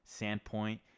Sandpoint